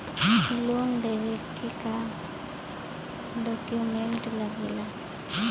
Loan लेवे के का डॉक्यूमेंट लागेला?